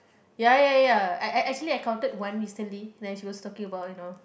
ya ya ya ya I I actually encountered one recently then she was talking about you know